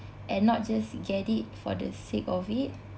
and not just get it for the sake of it